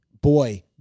boy